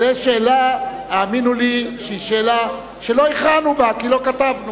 זו שאלה, האמינו לי, שלא הכרענו בה, כי לא כתבנו.